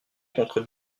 contre